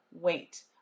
wait